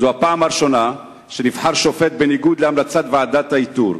זו הפעם הראשונה שנבחר שופט בניגוד להמלצת ועדת האיתור.